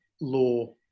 law